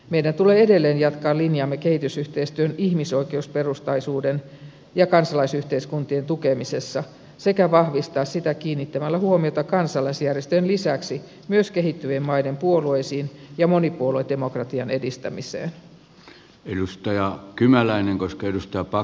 meidän tulee edelleen jatkaa linjaamme kehitysyhteistyön ihmisoikeusperustaisuuden ja kansalaisyhteiskuntien tukemisessa sekä vahvistaa sitä kiinnittämällä huomiota kansalaisjärjestöjen lisäksi myös kehittyvien maiden puolueisiin ja monipuoluedemokratian edistämiseen